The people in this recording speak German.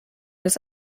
des